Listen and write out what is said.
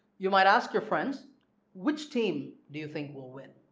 you might ask your friends which team do you think will win?